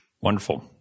Wonderful